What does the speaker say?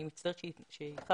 אני מצטערת שאיחרתי.